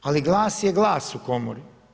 Ali glas je glas u komori.